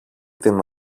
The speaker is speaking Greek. την